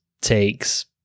takes